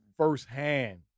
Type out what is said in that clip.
Firsthand